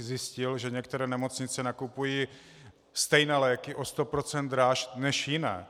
Zjistil, že některé nemocnice nakupují stejné léky o 100 % dráž než jiné.